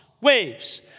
waves